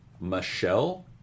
Michelle